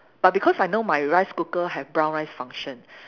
but because I know my rice cooker have brown rice function